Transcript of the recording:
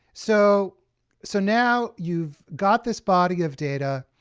so so now, you've got this body of data,